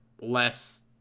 less